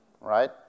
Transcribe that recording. right